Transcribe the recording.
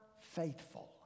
faithful